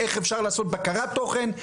איך אפשר לעשות בקרת תוכן?